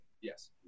yes